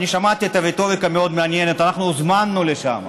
אני שמעתי את הרטוריקה המאוד-מעניינת: אנחנו הוזמנו לשם.